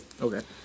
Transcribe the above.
Okay